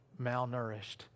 malnourished